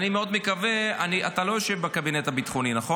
אתה לא יושב בקבינט הביטחוני, נכון?